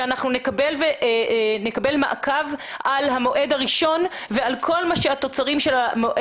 שאנחנו נקבל מעקב על המועד הראשון לדיון שיתקיים ועל כל התוצרים שלו.